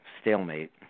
stalemate